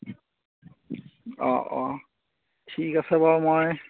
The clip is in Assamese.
অঁ অঁ ঠিক আছে বাৰু মই